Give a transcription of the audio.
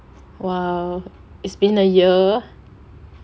!wah! it's been a year